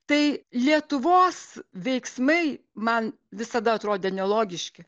tai lietuvos veiksmai man visada atrodė nelogiški